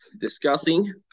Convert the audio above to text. discussing